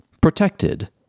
protected